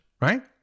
right